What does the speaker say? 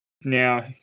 Now